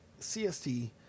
cst